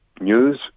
news